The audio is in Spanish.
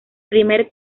primer